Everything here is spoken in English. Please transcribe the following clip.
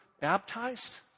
baptized